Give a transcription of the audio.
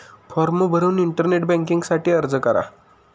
form भरून internet banking साठी अर्ज करा